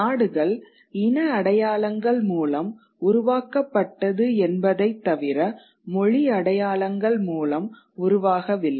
நாடுகள் இன அடையாளங்கள் மூலம் உருவாக்கப்பட்டது என்பதைத் தவிர மொழி அடையாளங்கள் மூலம் உருவாகவில்லை